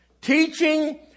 teaching